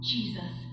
Jesus